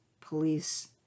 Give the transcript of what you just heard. police